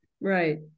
right